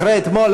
אחרי אתמול,